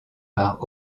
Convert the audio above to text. par